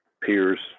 peers